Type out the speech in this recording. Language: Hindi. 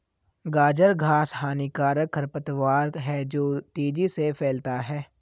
गाजर घास हानिकारक खरपतवार है जो तेजी से फैलता है